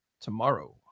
tomorrow